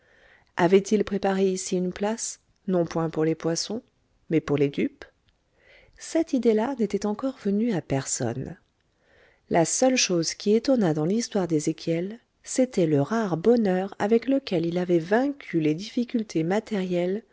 avait-il préparé ici une place non point pour les poissons mais pour les dupes cette idée-là n'était encore venue à personne la seule chose qui étonnât dans l'histoire d'ezéchiel c'était le rare bonheur avec lequel il avait vaincu les difficultés matérielles